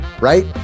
right